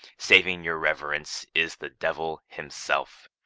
saving your reverence! is the devil himself.